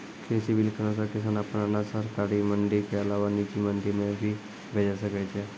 कृषि बिल के अनुसार किसान अप्पन अनाज सरकारी मंडी के अलावा निजी मंडी मे भी बेचि सकै छै